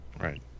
Right